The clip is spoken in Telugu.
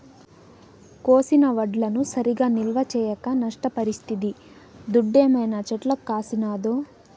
కోసిన వడ్లను సరిగా నిల్వ చేయక నష్టపరిస్తిది దుడ్డేమైనా చెట్లకు కాసినాదో